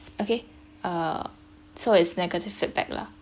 okay err so it's negative feedback lah